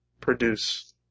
produce